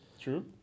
True